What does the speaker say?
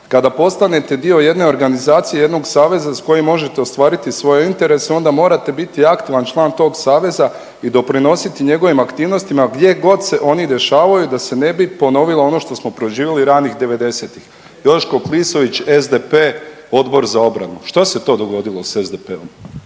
Kada postanete dio jedne organizacije jednog saveza s kojim možete ostvariti svoje interese onda morate biti aktivan član tog saveza i doprinositi njegovim aktivnostima gdje god se oni dešavaju da se ne bi ponovilo ono što smo proživjeli ranih '90. Joško Klisović SDP, Odbor za obranu. Što se to dogodilo s SDP-om?